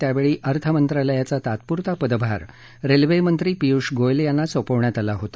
त्यावेळी अर्थमंत्रालयाचा तात्पुरता पदभार रेल्वेमंत्री पियुष गोयल यांना सोपवण्यात आला होता